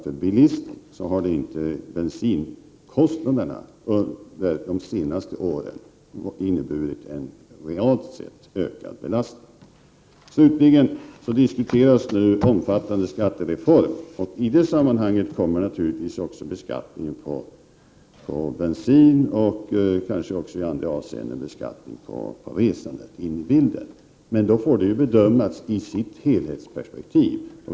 För bilisten har alltså inte bensinkostnaderna under de senaste åren inneburit någon ökad belastning realt sett. Slutligen diskuteras nu en omfattande skattereform. I det sammanhanget kommer naturligtvis också beskattningen av bensin och kanske också beskattningen av resandet i andra avseenden in i bilden. Men det får då bedömas i ett helhetsperspektiv.